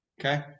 Okay